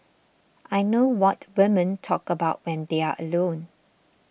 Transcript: I know what women talk about when they're alone